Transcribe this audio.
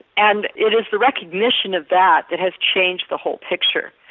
and it is the recognition of that that has changed the whole picture.